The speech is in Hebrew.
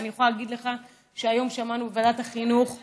אני יכולה להגיד לך שהיום שמענו בוועדת החינוך על